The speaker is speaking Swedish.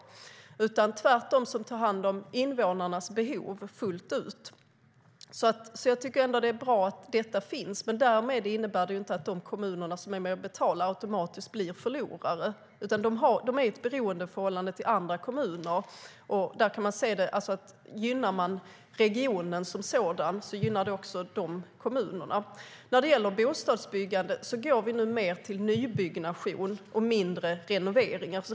En välskött kommun är en kommun som tar hand om invånarnas behov fullt ut. När det gäller bostadsbyggande övergår man nu mer till nybyggnation och mindre renovering.